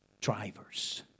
drivers